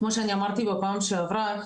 כמו שאני אמרתי בפעם שעברה,